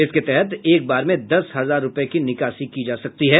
इसके तहत एक बार में दस हजार रूपये की निकासी की जायेगी